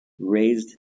raised